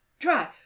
Try